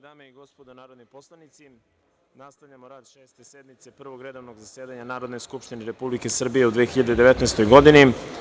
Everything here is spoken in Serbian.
dame i gospodo narodni poslanici, nastavljamo rad Šeste sednice Prvog redovnog zasedanja Narodne skupštine Republike Srbije u 2019. godini.